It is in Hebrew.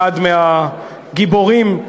אחד מהגיבורים,